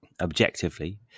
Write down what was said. objectively